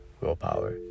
willpower